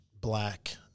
black